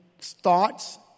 thoughts